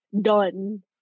done